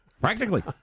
practically